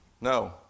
no